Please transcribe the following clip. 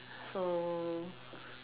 so